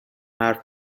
حرف